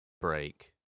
break